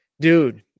dude